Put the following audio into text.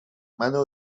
منو